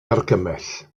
argymell